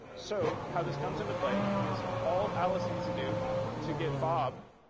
so how this comes into play is all alice needs to do to get bob,